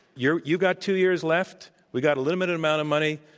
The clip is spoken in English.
you're you got two years left. we got a limited amount of money.